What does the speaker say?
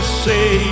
say